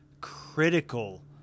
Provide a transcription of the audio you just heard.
critical